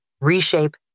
reshape